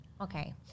Okay